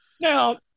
Now